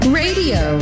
radio